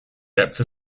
depth